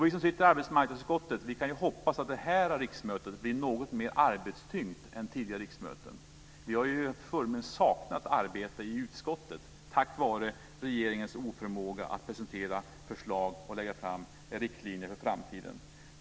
Vi som sitter i arbetsmarknadsutskottet kan ju hoppas att det här riksmötet blir något mer arbetstyngt än tidigare riksmöten. Vi har ju saknat arbete i utskottet på grund av regeringens oförmåga att presentera förslag och lägga fram riktlinjer för framtiden.